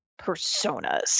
personas